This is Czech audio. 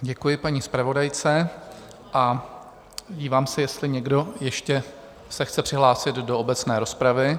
Děkuji paní zpravodajce a dívám se, jestli někdo ještě se chce přihlásit do obecné rozpravy.